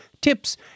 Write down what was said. tips